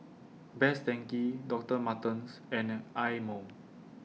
Best Denki Doctor Martens and Eye Mo